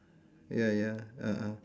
ya ya ah ah